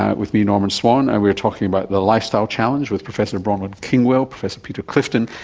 ah with me norman swan, and we are talking about the lifestyle challenge with professor bronwyn kingwell, professor peter clifton,